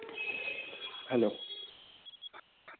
hello